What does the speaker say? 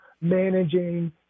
managing